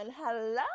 Hello